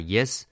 Yes